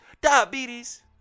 diabetes